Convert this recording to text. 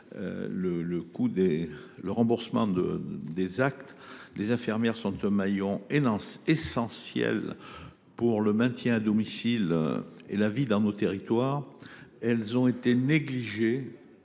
le niveau de remboursement des actes. Les infirmiers constituent un maillon essentiel du maintien à domicile et de la vie dans nos territoires. Ils ont été négligés,